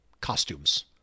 costumes